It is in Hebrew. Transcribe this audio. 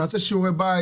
נעשה שיעורי בית,